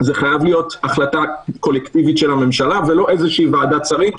זה חייב להיות החלטה קולקטיבית של הממשלה ולא איזושהי ועדת שרים,